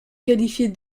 qualifiée